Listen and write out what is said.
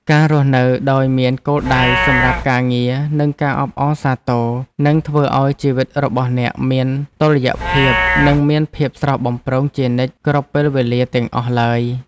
ការរស់នៅដោយមានគោលដៅសម្រាប់ការងារនិងការអបអរសាទរនឹងធ្វើឱ្យជីវិតរបស់អ្នកមានតុល្យភាពនិងមានភាពស្រស់បំព្រងជានិច្ចគ្រប់ពេលវេលាទាំងអស់ឡើយ។